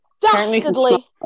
Dastardly